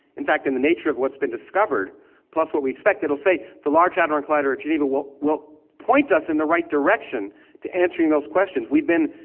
in fact, in the nature of what's been discovered plus what we expect. it'll say the large hadron collider in geneva will will point us in the right direction to answering those questions we've been,